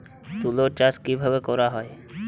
তুলো চাষ কিভাবে করা হয়?